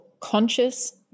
conscious